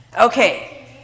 Okay